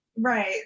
Right